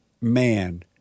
man